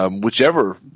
Whichever